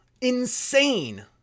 insane